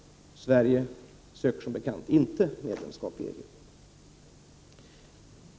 Sverige söker som bekant inte medlemskap i EG.